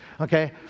Okay